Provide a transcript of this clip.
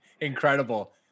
Incredible